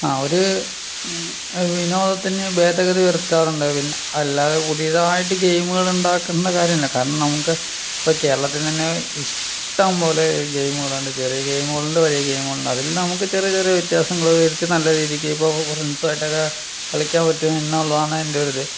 ആ ഒരു വിനോദത്തിന് ഭേദഗതി വരുത്താറുണ്ട് അല്ലാതെ പുതിയതായിട്ട് ഗെയിംമ് ഉണ്ടാക്കണ്ട കാര്യം ഇല്ല കാരണം നമുക്ക് ഇപ്പം കേരളത്തിൽ തന്നെ ഇഷ്ടംപോലെ ഗെയിമുകളുണ്ട് ചെറിയ ഗെയിമുകളുണ്ട് വലിയ ഗെയിമുകളുണ്ട് അതിൽ നമുക്ക് ചെറിയ ചെറിയ വ്യത്യാസങ്ങള് വരുത്തി നല്ല രീതിക്ക് ഇപ്പോൾ ഫ്രണ്ട്സുവായിട്ടക്കെ കളിയ്ക്കാൻ പറ്റും എന്നുള്ളതാണ് എൻ്റെയൊരിത്